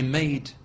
made